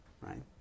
right